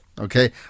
okay